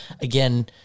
again